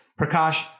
Prakash